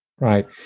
right